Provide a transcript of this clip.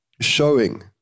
showing